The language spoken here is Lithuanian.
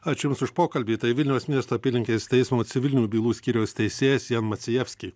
ačiū jums už pokalbį tai vilniaus miesto apylinkės teismo civilinių bylų skyriaus teisėjas jan macijevski